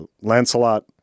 lancelot